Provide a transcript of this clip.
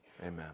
Amen